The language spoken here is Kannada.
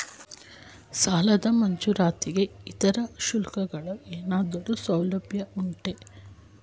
ಸಾಲದ ಮಂಜೂರಾತಿಗೆ ಇತರೆ ಶುಲ್ಕಗಳ ಏನಾದರೂ ಸೌಲಭ್ಯ ಉಂಟೆ?